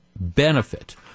benefit